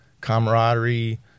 camaraderie